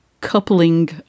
coupling